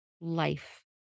life